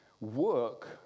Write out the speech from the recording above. work